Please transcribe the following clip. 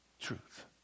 truth